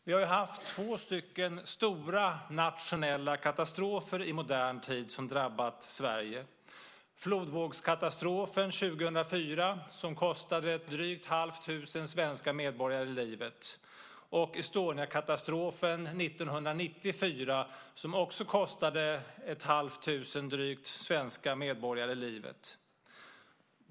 Vi har ju haft två stora nationella katastrofer som drabbat Sverige i modern tid: flodvågskatastrofen 2004, som kostade drygt ett halvt tusen svenska medborgare livet, och Estoniakatastrofen 1994, som också kostade drygt ett halvt tusen svenska medborgare livet.